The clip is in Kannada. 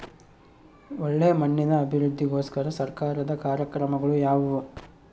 ಒಳ್ಳೆ ಮಣ್ಣಿನ ಅಭಿವೃದ್ಧಿಗೋಸ್ಕರ ಸರ್ಕಾರದ ಕಾರ್ಯಕ್ರಮಗಳು ಯಾವುವು?